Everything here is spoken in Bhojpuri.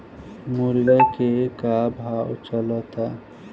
मुर्गा के का भाव चलता?